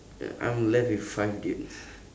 I I'm left with five dude